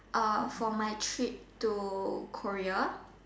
for my trip to Korea